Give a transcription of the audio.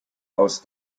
aus